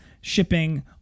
shipping